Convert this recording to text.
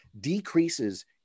decreases